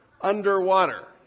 Underwater